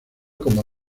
como